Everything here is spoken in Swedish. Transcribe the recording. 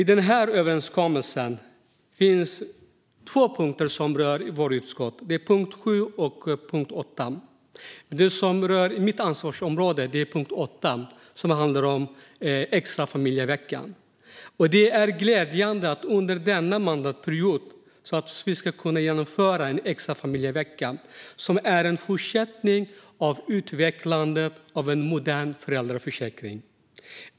I överenskommelsen finns två punkter som berör vårt utskott: punkterna 7 och 8. Det som rör mitt ansvarsområde är punkt 8, som handlar om den extra familjeveckan. Det är glädjande att vi under denna mandatperiod kan genomföra en extra familjevecka, som är en fortsättning av utvecklandet av en modern föräldraförsäkring.